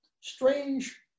strange